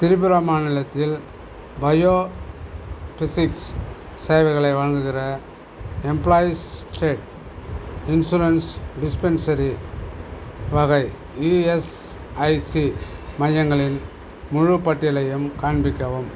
திரிபுரா மாநிலத்தில் பயோபிஸிக்ஸ் சேவைகளை வழங்குகிற எம்ப்ளாயீஸ் ஸ்டேட் இன்சூரன்ஸ் டிஸ்பென்சரி வகை இஎஸ்ஐசி மையங்களின் முழுப் பட்டியலையும் காண்பிக்கவும்